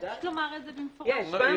יש לומר את זה במפורש בהגדרה.